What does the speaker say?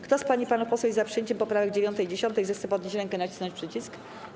Kto z pań i panów posłów jest za przyjęciem poprawek 9. i 10., zechce podnieść rękę i nacisnąć przycisk.